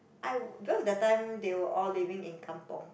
I because that time they were all living in Kampung